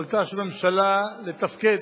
יכולתה של ממשלה לתפקד,